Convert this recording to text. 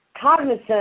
cognizant